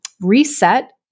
Reset